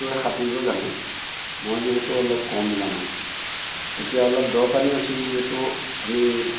কৈ সাঁতুৰিব জানে মই যিহেতু অলপ কম জানো তেতিয়া অলপ দ পানী আছিল যিহেতু আমি